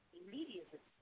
immediately